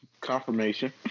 Confirmation